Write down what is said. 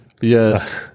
Yes